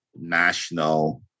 national